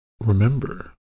remember